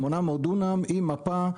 800 דונם עם מפה.